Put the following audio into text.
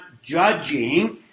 judging